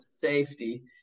safety